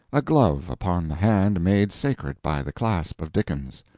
a glove upon the hand made sacred by the clasp of dickens.